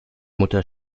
mutter